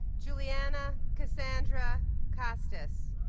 julianna cassandra kostas